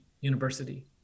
university